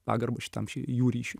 pagarbą šitam ši jų ryšiui